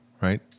right